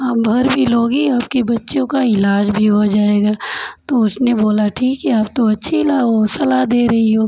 आप भर भी लोगी आपके बच्चों का इलाज भी हो जाएगा तो उसने बोला ठीक है आप तो अच्छी ला ओ सलाह दे रही हो